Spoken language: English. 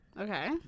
Okay